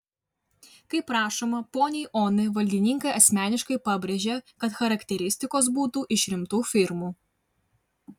kaip rašoma poniai onai valdininkai asmeniškai pabrėžė kad charakteristikos būtų iš rimtų firmų